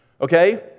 okay